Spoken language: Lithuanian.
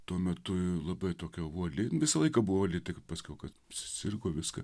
tuo metu labai tokia uoli visą laiką buvo tiuoli k paskiau kad susirgo viską